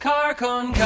Carcon